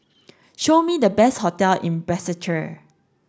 show me the best hotel in Basseterre